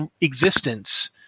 existence